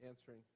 answering